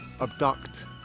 abduct